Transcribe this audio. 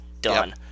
done